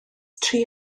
tri